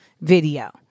video